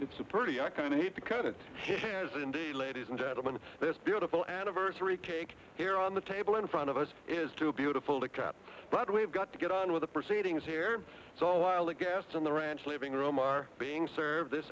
it's a pretty i kind of need to cut it if it is indeed ladies and gentlemen this beautiful anniversary cake here on the table in front of us is too beautiful to cap but we've got to get on with the proceedings here so while the guests on the ranch living room are being served this